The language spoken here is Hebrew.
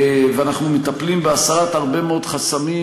ואנחנו מטפלים בהסרת הרבה מאוד חסמים,